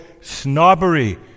snobbery